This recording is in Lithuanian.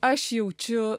aš jaučiu